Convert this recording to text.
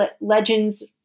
legends